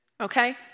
Okay